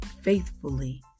faithfully